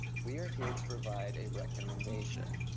we are here to provide a recommendation.